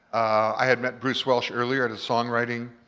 i had met bruce welch earlier at a song writing